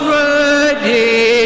ready